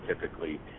typically